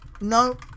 No